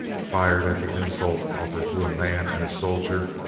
fired at the insult offered to a man and a soldier,